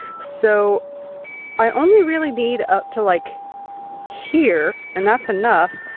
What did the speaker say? so i only really need up to like here, and that's enough.